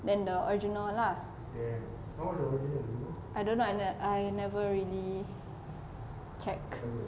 than the original lah I don't know I ne~ I never really check